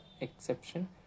exception